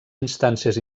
instàncies